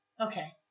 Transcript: okay